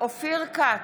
אופיר כץ,